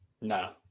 No